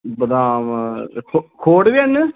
बदाम खो खोड़ बी हैन